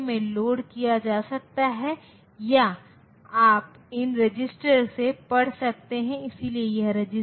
और निश्चित रूप से एक और गेट जिसे हमने स्पष्ट रूप से बात नहीं की थी इन्वर्टर के बारे में जो कि एकल इनपुट एकल आउटपुट सर्किट है